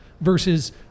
versus